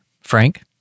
Frank